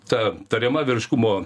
ta tariama vyriškumo